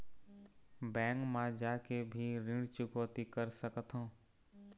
Bank मा जाके भी ऋण चुकौती कर सकथों?